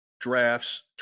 drafts